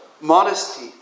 modesty